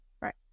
Right